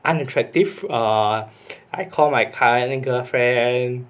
unattractive err I call my current girlfriend